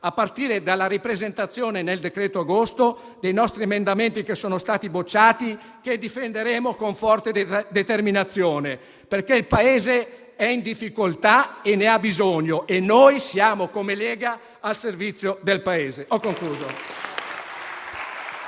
a partire dalla ripresentazione nel decreto agosto dei nostri emendamenti che sono stati bocciati, che difenderemo con forte determinazione, perché il Paese è in difficoltà e ne ha bisogno e noi siamo, come Lega, al servizio del Paese.